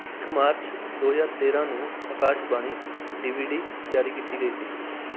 ਇੱਕ ਮਾਰਚ ਦੋ ਹਜ਼ਾਰ ਤੇਰਾਂ ਨੂੰ ਆਕਾਸ਼ਬਾਣੀ ਡੀ ਵੀ ਡੀ ਜਾਰੀ ਕੀਤੀ ਗਈ ਸੀ